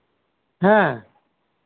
ᱦᱮᱸ